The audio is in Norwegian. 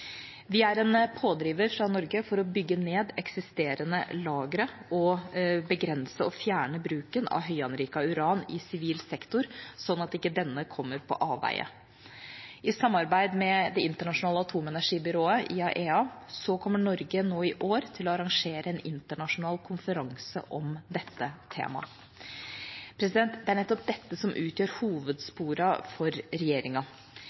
Vi er en pådriver fra Norge for å bygge ned eksisterende lagre og begrense og fjerne bruken av høyanriket uran i sivil sektor, sånn at ikke denne kommer på avveier. I samarbeid med Det internasjonale atomenergibyrået, IAEA, kommer Norge nå i år til å arrangere en internasjonal konferanse om dette temaet. Det er nettopp dette som utgjør hovedsporene for regjeringa,